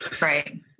Right